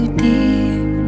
deep